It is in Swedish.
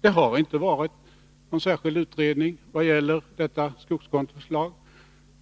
Det har inte varit någon särskild utredning i vad gäller detta skogskontoförslag,